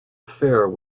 affair